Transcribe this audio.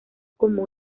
como